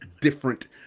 different